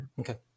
Okay